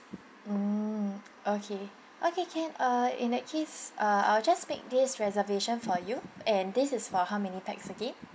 mm okay okay can uh in that case uh I'll just make this reservation for you and this is for how many pax again